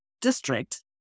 district